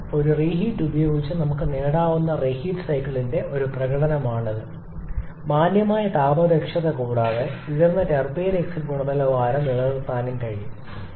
അതിനാൽ ഒരു റീഹീറ്റ് ഉപയോഗിച്ച് നമുക്ക് നേടാനാകുന്ന റീഹീറ്റ് സൈക്കിളിന്റെ ഒരു പ്രകടനമാണിത് മാന്യമായ താപ ദക്ഷത കൂടാതെ ഉയർന്ന ടർബൈൻ എക്സിറ്റ് ഗുണനിലവാരം നിലനിർത്താനും കഴിയും